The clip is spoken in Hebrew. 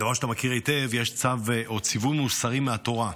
דבר שאתה מכיר היטב, יש צו, ציווי מוסרי מהתורה: